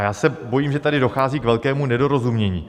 Já se bojím, že tady dochází k velkému nedorozumění.